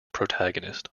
protagonist